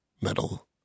metal